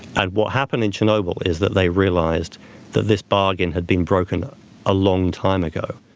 and what happened in chernobyl is that they realized that this bargain had been broken a long time ago.